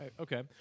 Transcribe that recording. okay